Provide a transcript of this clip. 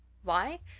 why?